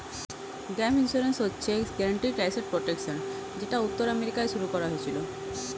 gap insurance হচ্ছে guaranteed asset protection যেটা উত্তর আমেরিকায় শুরু করা হয়েছিল